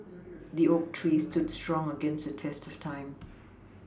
the oak tree stood strong against the test of time